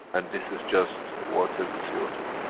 and this is just water with c o two.